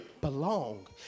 belong